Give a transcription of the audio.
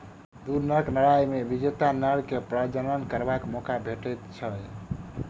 दू नरक लड़ाइ मे विजेता नर के प्रजनन करबाक मौका भेटैत छै